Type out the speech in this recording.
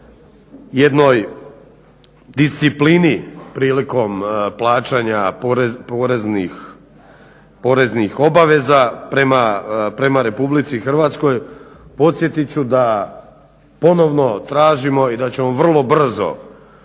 jednoj disciplini prilikom plaćanja poreznih obaveza prema Republici Hrvatskoj. Podsjetit ću da ponovno tražimo i da ćemo vrlo brzo